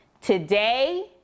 Today